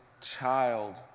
child